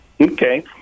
Okay